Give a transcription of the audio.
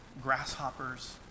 grasshoppers